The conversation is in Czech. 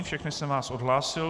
Všechny jsem vás odhlásil.